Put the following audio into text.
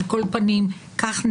כך נאמר: